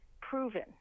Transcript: proven